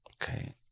Okay